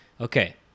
Okay